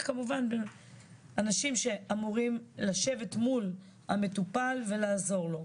כמובן אנשים שאמורים לשבת מול המטופל ולעזור לו.